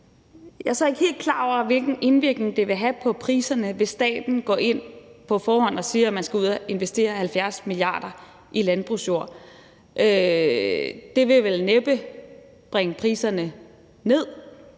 Jeg er så ikke helt klar over, hvilken indvirkning det vil have på priserne, hvis staten på forhånd går ind og siger, at man skal ud at investere 70 mia. kr. i landbrugsjord. Det vil vel næppe bringe priserne ned.